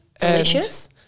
Delicious